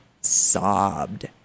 sobbed